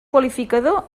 qualificador